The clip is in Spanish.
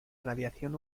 radiación